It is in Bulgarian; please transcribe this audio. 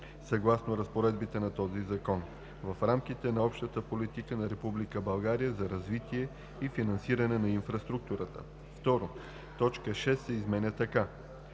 съгласно разпоредбите на този закон, в рамките на общата политика на Република България за развитие и финансиране на инфраструктурата.“ 2. Точка 6 се изменя така: